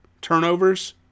turnovers